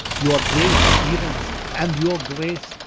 your gay spirits, and your grace,